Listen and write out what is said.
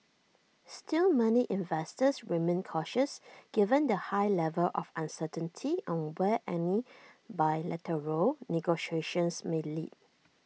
still many investors remained cautious given the high level of uncertainty on where any bilateral negotiations may lead